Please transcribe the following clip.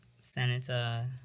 Senator